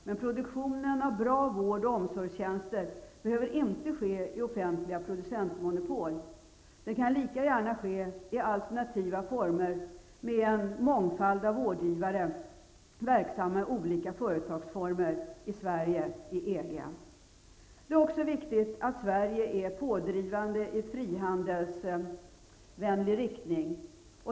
Men produktionen av bra vård och omsorgstjänster behöver inte ske i offentliga producentmonopol. Den kan lika gärna ske i alternativa former med en mångfald av vårdgivare, verksamma i olika företagsformer, både i Sverige och i EG. Det är också viktigt att Sverige är pådrivande i frihandelsvänlig riktning.